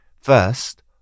First